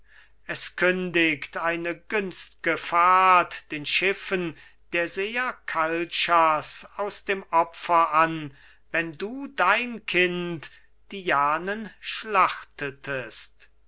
es kündigt eine günst'ge fahrt den schiffen der seher kalchas aus dem opfer an wenn du dein kind dianen schlachtetest